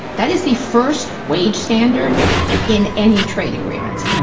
that is the first wage standard in any trade agreement.